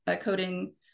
coding